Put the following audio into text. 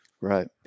Right